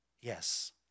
yes